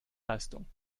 leistung